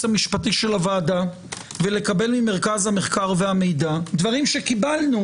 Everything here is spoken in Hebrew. המשפטי של הוועדה ולקבל ממרכז המחקר והמידע דברים שקיבלנו